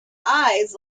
eyes